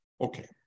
Okay